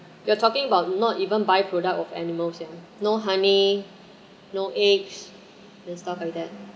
we are talking about not even buy product of animals sia no honey no eggs and stuff like that